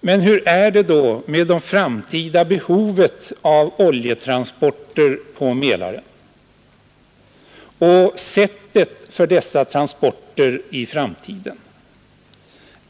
Men hur är det då med det framtida behovet av oljetransporter på Mälaren och sättet för dessa transporter i framtiden?